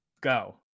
go